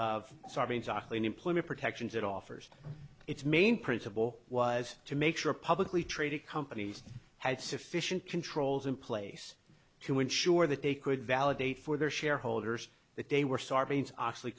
of sarbanes oxley an employee protections it offers its main principle was to make sure publicly traded companies had sufficient controls in place to ensure that they could validate for their shareholders that they were sarbanes oxley